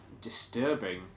disturbing